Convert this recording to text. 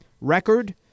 record